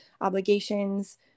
obligations